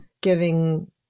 giving